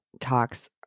talks